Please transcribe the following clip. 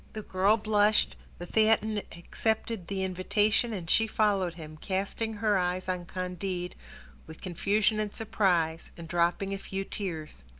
the girl blushed, the theatin accepted the invitation and she followed him, casting her eyes on candide with confusion and surprise, and dropping a few tears.